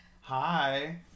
Hi